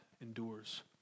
endures